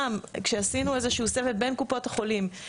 כשעשינו איזשהו סבב בין קופות החולים,